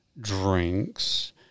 drinks